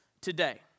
today